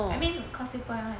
I mean causeway point [one]